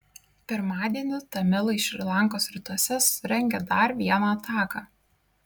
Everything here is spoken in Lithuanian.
pirmadienį tamilai šri lankos rytuose surengė dar vieną ataką